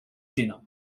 dinner